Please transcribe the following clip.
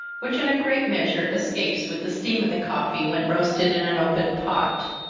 which in a great measure escapes with the steam of the coffee, when roasted in an open pot.